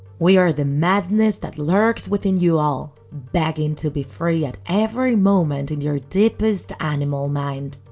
we are the madness that lurks within you all, begging to be free at every moment in your deepest animal mind.